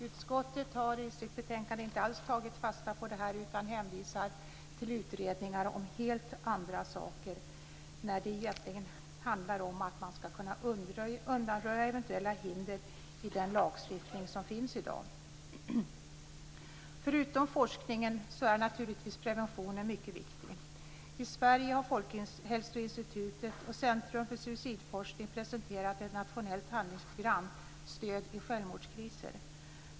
Utskottet har inte alls tagit fasta på detta utan hänvisar i sitt betänkande till utredningar om helt andra saker, när det egentligen handlar om att kunna undanröja eventuella hinder i den lagstiftning som finns i dag. Förutom forskningen är naturligtvis preventionen mycket viktig. I Sverige har Folkhälsoinstitutet och Centrum för suicidforskning presenterat ett nationellt handlingsprogram, Stöd i självmordskriser.